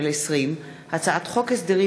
פ/4405/20 וכלה בהצעת חוק פ/4441/20: הצעת חוק הסדרים